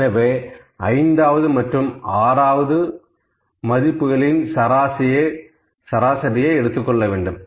எனவே ஐந்தாவது மற்றும் ஆறாவது பதிப்பு வெளி சராசரியை எடுத்துக் கொள்ள வேண்டும்